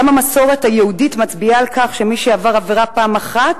גם המסורת היהודית מצביעה על כך שמי שעבר עבירה פעם אחת,